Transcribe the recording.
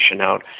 out